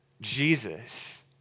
Jesus